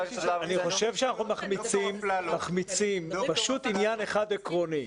אני חושב שאנחנו מחמיצים פשוט עניין אחד עקרוני.